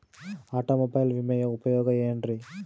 Automobile ವಿಮೆಯ ಉಪಯೋಗ ಏನ್ರೀ?